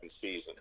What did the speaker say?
season